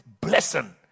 blessing